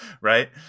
Right